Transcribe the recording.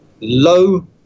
low